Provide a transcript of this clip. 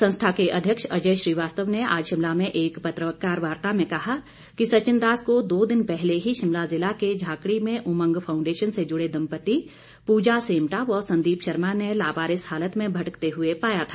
संस्था के अध्यक्ष अजय श्रीवास्तव ने आज शिमला में एक पत्रकार वार्ता में कहा कि सचिनदास को दो दिन पहले ही शिमला जिला के झाकड़ी में उमंग फाउंडेशन से जुड़े दंपत्ति पूजा सेमटा व संदीप शर्मा ने लावारिस हालत में भटकते हुए पाया था